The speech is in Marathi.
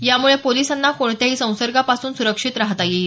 यामुळे पोलिसांना कोणत्याही संसर्गापासून सुरक्षित राहात येईल